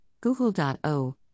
Google.O